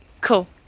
Cool